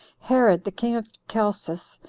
herod the king of chalcis,